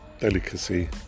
delicacy